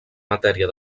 matèria